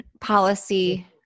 policy